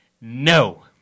No